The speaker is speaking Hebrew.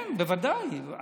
כן, בוודאי.